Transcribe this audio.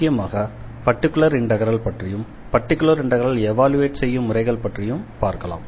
முக்கியமாக particular integral பற்றியும் particular integral evaluate செய்யும் முறைகள் பற்றியும் பார்க்கலாம்